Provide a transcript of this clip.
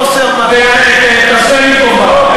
חוסר מזל, תעשה לי טובה.